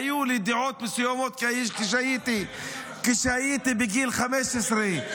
היו לי דעות מסוימות ------- כשהייתי בגיל 15,